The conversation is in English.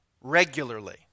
regularly